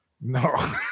No